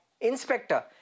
Inspector